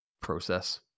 process